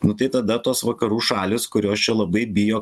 nu tai tada tos vakarų šalys kurios čia labai bijo